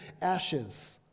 ashes